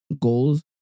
goals